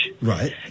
Right